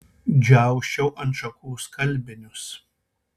džiausčiau ant šakų skalbinius